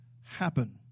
happen